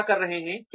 वे क्या कर रहे हैं